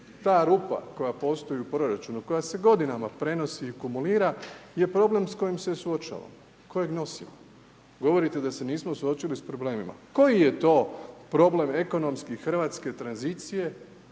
Ta rupa koja postoji u proračunu, koja se godinama prenosi i akumulira je problem s kojim se suočavamo, kojeg nosimo. Govorite da se nismo suočili sa problemima? Koji je to problem, ekonomske hrvatske tranzicije